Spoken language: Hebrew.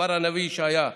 כמאמר הנביא ישעיה: